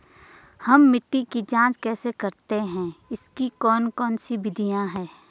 हम मिट्टी की जांच कैसे करते हैं इसकी कौन कौन सी विधियाँ है?